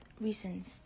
reasons